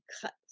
cut